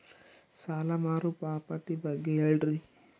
ಸಾಲ ಮರುಪಾವತಿ ಬಗ್ಗೆ ಹೇಳ್ರಿ?